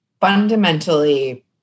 fundamentally